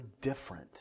different